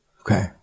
Okay